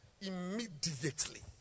Immediately